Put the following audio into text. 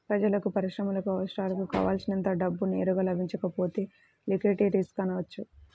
ప్రజలకు, పరిశ్రమలకు అవసరాలకు కావల్సినంత డబ్బు నేరుగా లభించకపోతే లిక్విడిటీ రిస్క్ అనవచ్చు